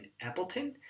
Appleton